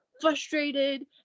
frustrated